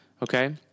Okay